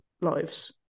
lives